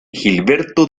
gilberto